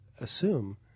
assume